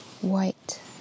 white